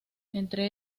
entre